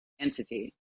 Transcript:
entity